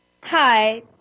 Hi